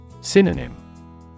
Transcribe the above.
Synonym